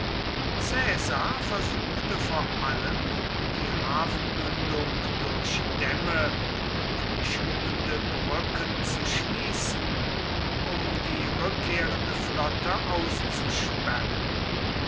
versuchte vor allem die hafenmündung durch dämme und schwimmende brücken zu schließen um die rückkehrende flotte auszusperren